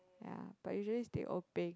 ya but usually is Teh O peng